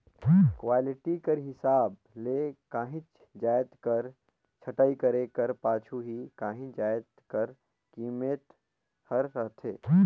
quality कर हिसाब ले काहींच जाएत कर छंटई करे कर पाछू ही काहीं जाएत कर कीमेत हर रहथे